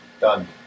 Done